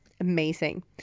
amazing